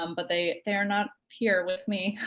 um but they they're not here with me.